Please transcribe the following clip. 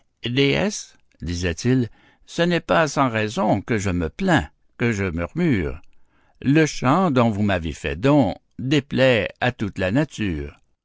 disait-il ce n'est pas sans raison que je me plains que je murmure le chant dont vous m'avez fait don déplaît à toute la nature